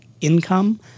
Income